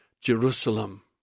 Jerusalem